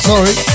Sorry